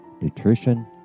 nutrition